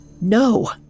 No